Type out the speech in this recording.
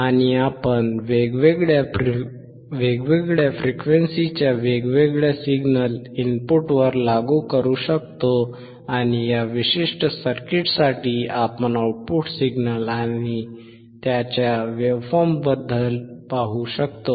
आणि आपण वेगवेगळ्या फ्रिक्वेन्सीच्या वेगवेगळे सिग्नल इनपुटवर लागू करू शकतो आणि या विशिष्ट सर्किटसाठी आपण आउटपुट सिग्नल आणि त्याच्या वेव्हफॉर्ममध्ये बदल पाहू शकतो